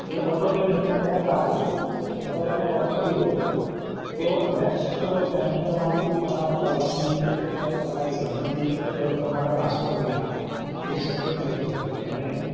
એ auto pay તમે off રાખો છો અથવા તો એને ઑફ કરી દો છો તો નૅક્સ્ટ પેમૅન્ટ તમારું તમારી પરવાનગી અથવા તો તમારી સહમતી અથવા તો તમારા પાસવર્ડ વિના એ શક્ય નથી હોતું અને